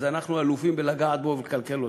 אז אנחנו אלופים בלגעת בו ולקלקל פה.